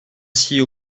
six